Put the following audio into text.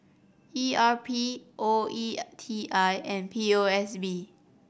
E R P O E T I and P O S B